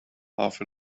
half